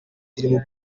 dream